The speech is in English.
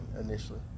initially